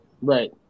Right